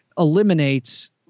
eliminates